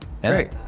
Great